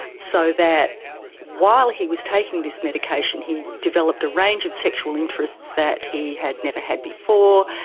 so that while he was taking this medication he developed a range of sexual interests that he had never had before,